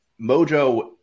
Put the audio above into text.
Mojo